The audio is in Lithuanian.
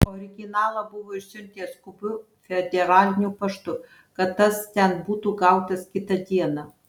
originalą buvo išsiuntęs skubiu federaliniu paštu kad tas ten būtų gautas kitą dieną